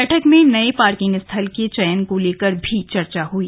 बैठक में नये पार्किंग स्थल के चयन को लेकर भी चर्चा हुई